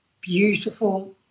beautiful